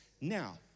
now